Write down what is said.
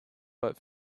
but